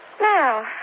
Now